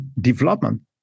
development